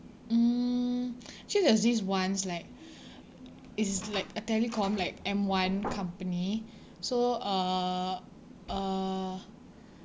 mm actually there was this ones like is like a telecom like M one company so uh uh